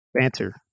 Banter